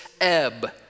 ebb